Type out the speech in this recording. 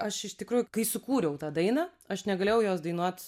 aš iš tikrųjų kai sukūriau tą dainą aš negalėjau jos dainuot